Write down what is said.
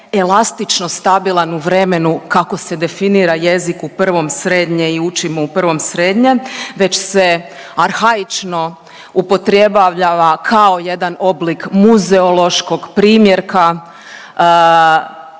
elastično stabilan u vremenu kako se definira jezik u prvom srednje i učimo u prvom srednje već se arhaično upotrebljava kao jedan oblik muzeološkog primjerka,